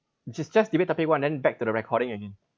just just debate topic one then back to the recording again